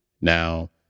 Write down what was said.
Now